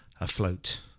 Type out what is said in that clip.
afloat